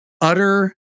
utter